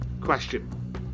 question